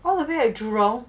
all the way at jurong